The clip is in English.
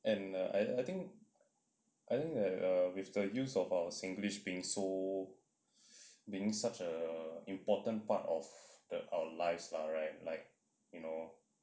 and I I think I think err with the use of our singlish being so being such an important part of the our lifestyle right like you know